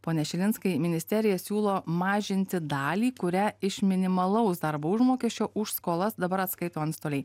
pone šilinskai ministerija siūlo mažinti dalį kurią iš minimalaus darbo užmokesčio už skolas dabar atskaito antstoliai